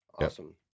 Awesome